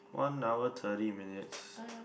one hour thirty minutes